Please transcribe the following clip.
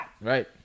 Right